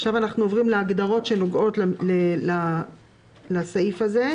עכשיו אנחנו עוברים להגדרות שנוגעות לסעיף הזה.